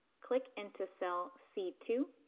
click into cell c two.